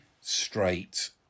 straight